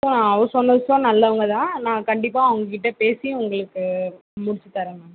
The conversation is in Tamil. அப்புறோம் ஹவுஸ் ஓனர்ஸும் நல்லவங்க தான் நான் கண்டிப்பாக அவங்கக்கிட்ட பேசி உங்களுக்கு முடிச்சி தரேன் மேம்